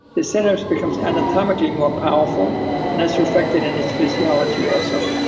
the synapse becomes anatomically more powerful, and that's reflected in its physiology also.